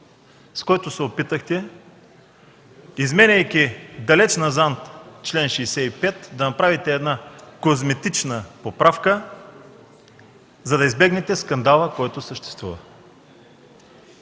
с който се опитахте, изменяйки далеч назад чл. 65, да направите козметична поправка, за да избегнете скандала, който съществува.